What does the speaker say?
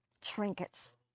Trinkets